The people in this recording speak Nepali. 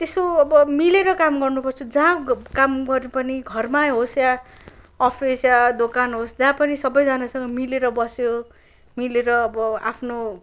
त्यस्तो अब मिलेर काम गर्नुपर्छ जहाँ काम गरेपनि घरमा होस् या अफिस या दोकान होस् जहाँ पनि सबैजनासँग मिलेर बस्यो मिलेर अब आफ्नो